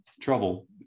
trouble